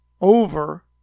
over